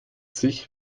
sich